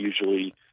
usually